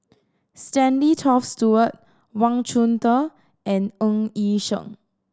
Stanley Toft Stewart Wang Chunde and Ng Yi Sheng